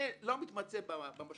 אני לא מתמצא במשמעות.